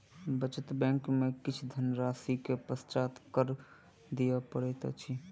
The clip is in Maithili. बचत बैंक में किछ धनराशि के पश्चात कर दिअ पड़ैत अछि